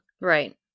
Right